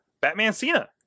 Batman-Cena